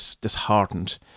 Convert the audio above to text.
disheartened